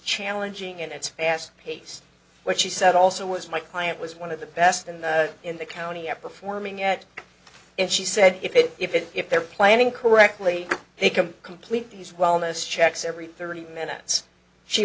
challenging and it's fast paced what she said also was my client was one of the best and in the county at performing at it she said if it if it if they're planning correctly they can complete these wellness checks every thirty minutes she